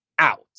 out